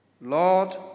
Lord